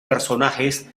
personajes